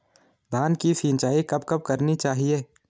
धान की सिंचाईं कब कब करनी चाहिये?